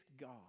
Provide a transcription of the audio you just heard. God